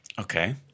okay